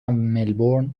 ملبورن